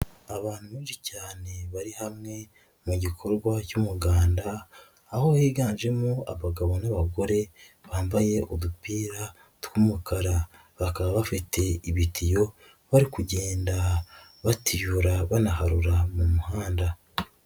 Abantu benshi cyane bari hamwe mu gikorwa cy'umuganda aho higanjemo abagabo n'abagore, bambaye udupira tw'umukara bakaba bafite ibitiyo bari kugenda batiyura banaharura mu muhanda.